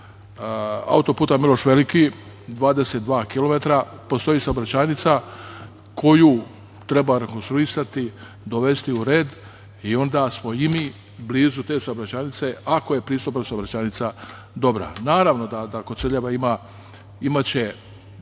auto-puta "Miloš Veliki" 22 km. Postoji saobraćajnica koju treba rekonstruisati, dovesti u red i onda smo i mi blizu te saobraćajnice ako je pristupna saobraćajnica dobra. Naravno, Koceljeva će